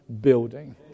building